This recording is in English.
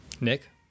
Nick